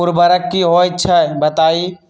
उर्वरक की होई छई बताई?